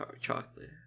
chocolate